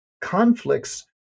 conflicts